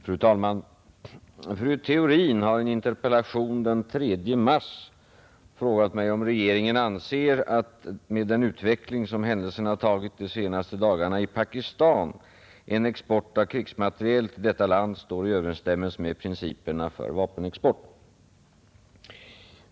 Fru talman! Fru Theorin har i en interpellation den 3 mars frågat mig om regeringen anser att med den utveckling som händelserna tagit de senaste dagarna i Pakistan en export av krigsmateriel till detta land står i överensstämmelse med principerna för vapenexport.